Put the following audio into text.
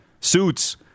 suits